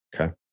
Okay